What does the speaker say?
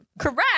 correct